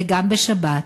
וגם בשבת,